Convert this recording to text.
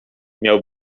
miał